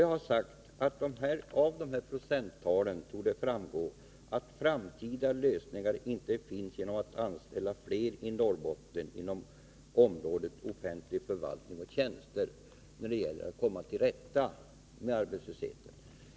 Jag har sagt att av de procenttalen torde framgå 59 att framtida lösningar för att komma till rätta med arbetslösheten inte ligger i att i Norrbotten anställa fler inom området offentlig förvaltning och offentliga tjänster.